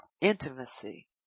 intimacy